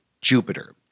Jupiter